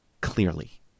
Clearly